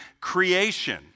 creation